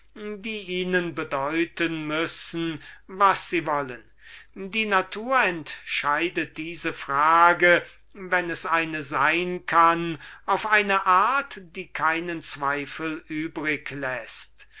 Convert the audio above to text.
die ihnen bedeuten müssen was sie wollen die natur entscheidet diese frage wenn es eine sein kann auf eine art die keinen zweifel übrig läßt